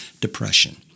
depression